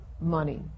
money